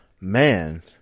man